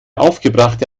aufgebrachte